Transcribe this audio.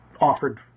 offered